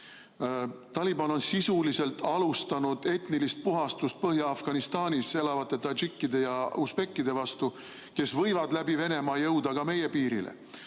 Taliban on sisuliselt alustanud etnilist puhastust Põhja-Afganistanis elavate tadžikkide ja usbekkide hulgas, kes võivad läbi Venemaa jõuda ka meie piirile.